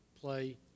play